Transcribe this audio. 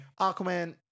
Aquaman